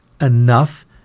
enough